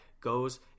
goes